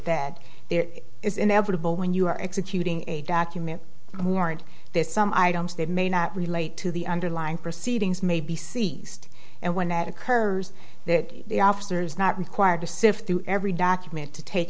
that there is inevitable when you are executing a document who aren't there some items that may not relate to the underlying proceedings may be seized and when that occurs that the officers not required to sift through every document to take